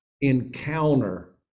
encounter